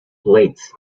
plates